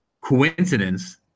coincidence